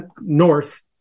north